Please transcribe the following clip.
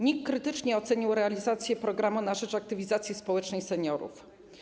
NIK krytycznie ocenił realizację programów na rzecz aktywizacji społecznej seniorów.